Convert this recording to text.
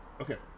okay